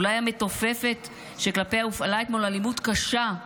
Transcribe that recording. אולי המתופפת, שכלפיה הופעלה אתמול אלימות קשה,